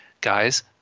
guys